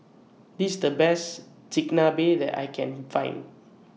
This's The Best Chigenabe that I Can Find